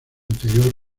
interior